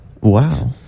Wow